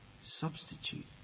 substitute